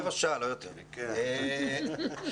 תודה רבה.